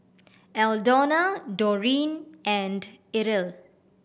Aldona Doreen and Irl